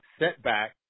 setback